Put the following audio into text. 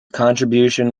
contribution